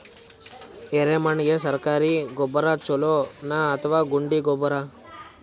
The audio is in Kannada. ಎರೆಮಣ್ ಗೆ ಸರ್ಕಾರಿ ಗೊಬ್ಬರ ಛೂಲೊ ನಾ ಅಥವಾ ಗುಂಡಿ ಗೊಬ್ಬರ?